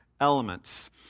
elements